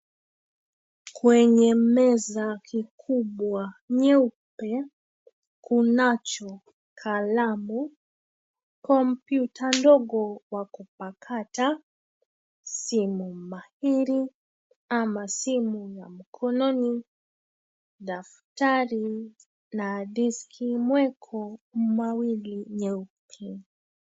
Kwenye meza kikubwa nyeupe, kunacho kalamu, kompyuta ndogo wa kupakata, simu mairi, ama simu ya mkononi, daftari, na diski mweko, mawili, nyeupe.